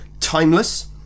timeless